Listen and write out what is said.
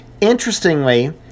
interestingly